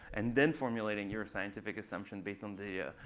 and then formulating your scientific assumption based on data,